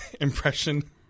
impression